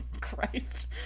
Christ